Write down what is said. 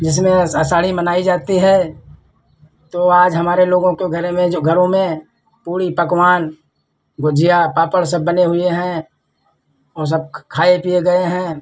जिसमें आषाढ़ी मनाई जाती है तो आज हमारे लोगों को घरे में जो घरों में पूड़ी पकवान गुझिया पापड़ सब बने हुए हैं और सब खाए पिए गए हैं